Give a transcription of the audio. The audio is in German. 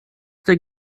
der